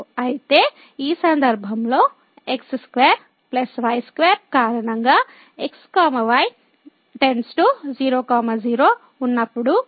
అయితే ఈ సందర్భంలో x2 y2 కారణంగా x y →0 0 ఉన్నప్పుడు ఫంక్షన్ నిర్వచించబడదు